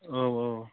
औ औ